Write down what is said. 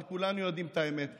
אבל כולנו יודעים את האמת כאן: